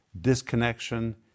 disconnection